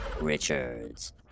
richards